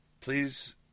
please